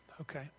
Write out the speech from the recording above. Okay